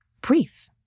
brief